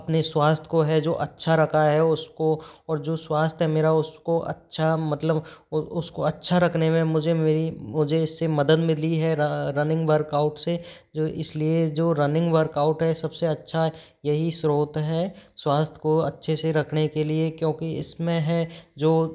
अपने स्वास्थ्य को है जो अच्छा रखा है उसको और जो स्वास्थ्य मेरा उसको अच्छा मतलब उस उसको अच्छा रखने में मुझे मेरी मुझे इस से मदद मिली है रनिंग वर्कआउट से जो इस लिए जो रनिंग वर्कआउट है सब से अच्छा यही स्रोत है स्वास्थ्य को अच्छे से रखने के लिए क्योंकि इस में है जो